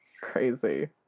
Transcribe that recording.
Crazy